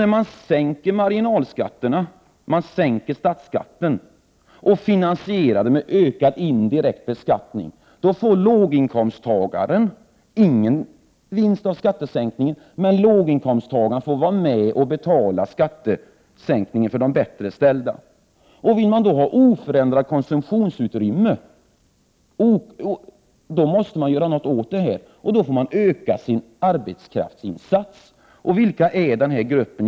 När man sänker marginalskatterna, när man sänker statsskatten, och finansierar det med ökad indirekt beskattning får låginkomsttagarna ingen vinst av skattesänkningen, men de får vara med och betala skattesänkningen för de bättre ställda. Vill man då ha oförändrat konsumtionsutrymme måste man göra någonting. Då får man öka sin arbetskraftsinsats. Vilka finns då i den gruppen?